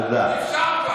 תודה.